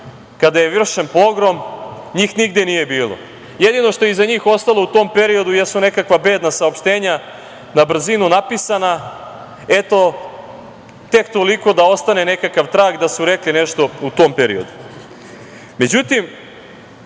kada je vršen pogrom, njih nigde nije bilo. Jedino što je iza njih ostalo u tom periodu jesu nekakva bedna saopštenja na brzinu napisana, eto, tek toliko da ostane nekakav trag da su rekli nešto u tom periodu.Međutim,